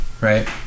right